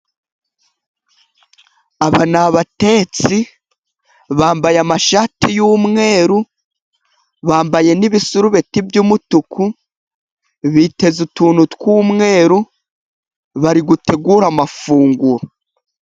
Aba ni batetsi, bambaye amashati y'umweru, bambaye n'ibisurubeti by'umutuku. Biteze utuntu tw'umweru, bari gutegura amafunguro.